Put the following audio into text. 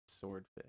Swordfish